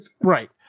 right